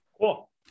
Cool